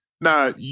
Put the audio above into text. now